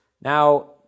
Now